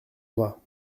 vas